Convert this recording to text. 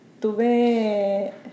Tuve